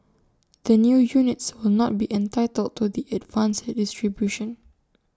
the new units will not be entitled to the advanced distribution